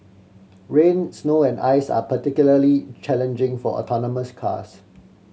rain snow and ice are particularly challenging for autonomous cars